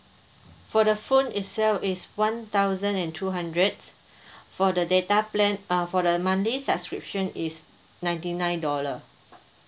for the phone itself it's one thousand and two hundred for the data plan uh for the monthly subscription it's ninety nine dollar